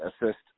assist